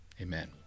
Amen